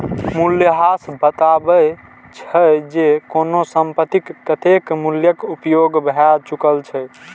मूल्यह्रास बतबै छै, जे कोनो संपत्तिक कतेक मूल्यक उपयोग भए चुकल छै